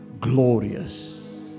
glorious